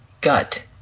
gut